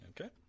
Okay